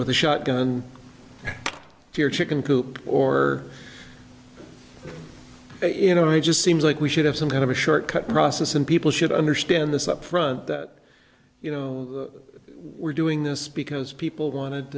with a shotgun to your chicken coop or you know it just seems like we should have some kind of a short cut process and people should understand this upfront that you know we're doing this because people